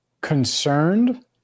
concerned